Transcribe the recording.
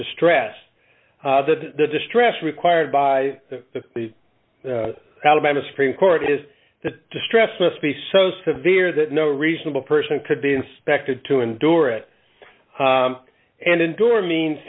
distress that the distress required by the alabama supreme court is the distress must be so severe that no reasonable person could be inspected to endure it and endure means